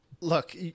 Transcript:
Look